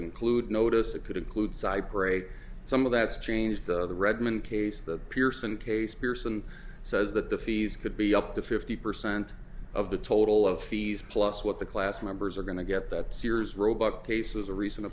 include notice that could include cypre some of that's changed the redmen case that pearson case pearson says that the fees could be up to fifty percent of the total of fees plus what the class members are going to get that sears roebuck cases a recent